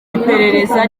iperereza